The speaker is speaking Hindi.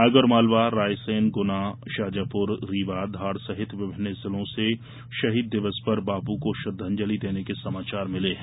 आगरमालवा रायसेन गुना शाजापुर रीवा धार सहित विभिन्न जिलों से शहीद दिवस पर बापू को श्रद्धांजलि देने के समाचार मिले है